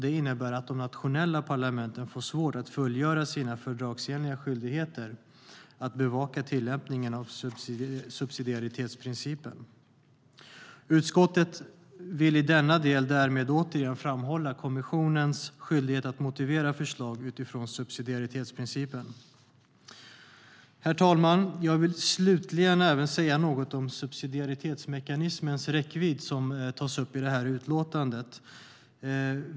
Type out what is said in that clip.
Det innebär att de nationella parlamenten får svårt att fullgöra sina fördragsenliga skyldigheter att bevaka tillämpningen av subsidiaritetsprincipen. Utskottet vill därmed i denna del återigen framhålla kommissionens skyldighet att motivera förslag utifrån subsidiaritetsprincipen. Herr talman! Jag vill slutligen säga något även om subsidiaritetsmekanismens räckvidd, vilket tas upp i utlåtandet.